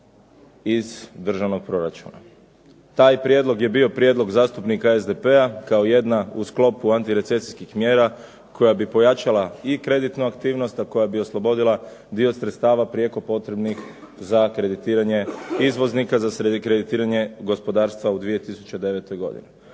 iz državnog proračuna. Taj prijedlog je bio prijedlog zastupnika SDP-a, kao jedna u sklopu antirecesijskih mjera koja bi pojačala i kreditnu aktivnost, a koja bi oslobodila dio sredstava prijeko potrebnih za kreditiranje izvoznika, za kreditiranje gospodarstva u 2009. godini.